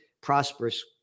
prosperous